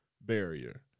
barrier